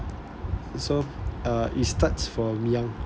so uh it starts from young